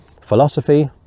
philosophy